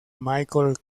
michael